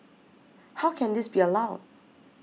how can this be allowed